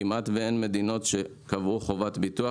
כמעט אין מדינות שקבעו חובת ביטוח.